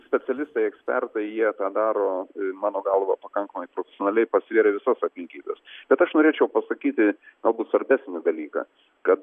specialistai ekspertai jie tą daro mano galva pakankamai profesionaliai pasvėrę visas aplinkybes bet aš norėčiau pasakyti galbūt svarbesnį dalyką kad